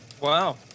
Wow